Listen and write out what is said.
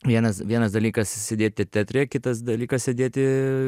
vienas vienas dalykas sėdėti teatre kitas dalykas sėdėti